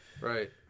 Right